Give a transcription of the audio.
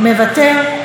מוותר,